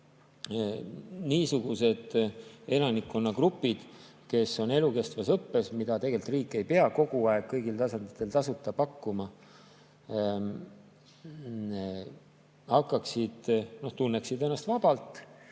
et niisugused elanikkonnagrupid, kes on elukestvas õppes, mida tegelikult riik ei pea kogu aeg kõigil tasanditel tasuta pakkuma, tunneksid ennast vabalt,